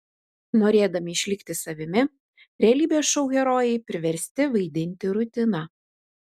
norėdami išlikti savimi realybės šou herojai priversti vaidinti rutiną